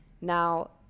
Now